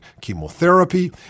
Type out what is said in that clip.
chemotherapy